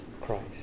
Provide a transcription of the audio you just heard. Christ